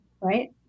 right